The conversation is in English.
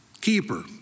Keeper